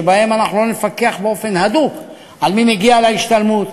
שבהן אנחנו לא נפקח באופן הדוק מי מגיע להשתלמות